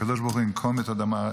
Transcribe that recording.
הקדוש ברוך הוא ינקום את דמם.